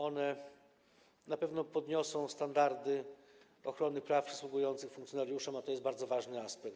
One na pewno podniosą standardy ochrony praw przysługujących funkcjonariuszom, a to jest bardzo ważny aspekt.